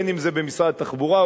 אם במשרד התחבורה,